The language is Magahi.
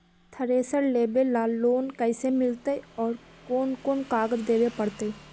थरेसर लेबे ल लोन कैसे मिलतइ और कोन कोन कागज देबे पड़तै?